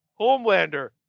Homelander